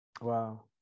Wow